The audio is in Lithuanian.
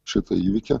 šitą įvykį